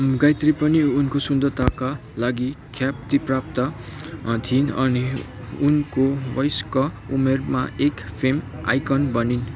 गायत्री पनि उनको सुन्दरताका लागि ख्यातिप्राप्त थिइन् अनि उनको वयस्क उमेरमा एक फेम आइकन बनिन्